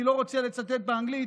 אני לא רוצה לצטט באנגלית,